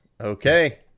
okay